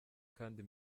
kandi